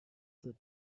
the